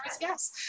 yes